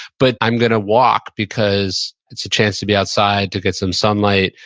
but, i'm going to walk because it's a chance to be outside to get some sunlight,